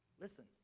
Listen